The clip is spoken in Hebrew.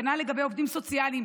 כנ"ל לגבי עובדים סוציאליים.